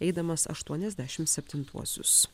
eidamas aštuoniasdešim septintuosius